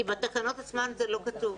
כי בתקנות עצמן זה לא כתוב.